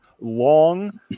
long